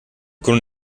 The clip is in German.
können